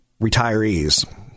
retirees